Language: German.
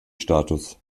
status